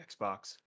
Xbox